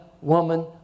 woman